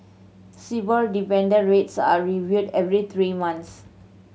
Sibor dependent rates are reviewed every three months